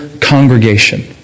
congregation